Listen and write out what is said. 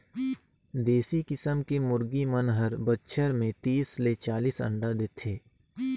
देसी किसम के मुरगी मन हर बच्छर में तीस ले चालीस अंडा देथे